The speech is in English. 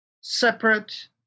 separate